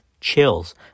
chills